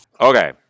okay